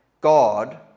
God